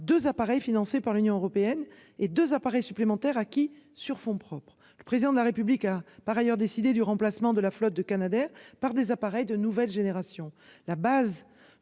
deux appareils financé par l'Union européenne et 2 appareils supplémentaires acquis sur fonds propres, le président de la République a par ailleurs décidé du remplacement de la flotte de Canadair par des appareils de nouvelle génération,